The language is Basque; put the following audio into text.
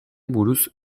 buruz